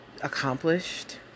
accomplished